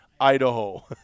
idaho